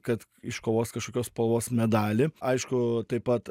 kad iškovos kažkokios spalvos medalį aišku taip pat